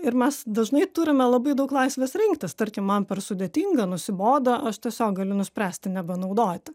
ir mes dažnai turime labai daug laisvės rinktis tarkim man per sudėtinga nusibodo aš tiesiog galiu nuspręsti nebenaudoti